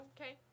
Okay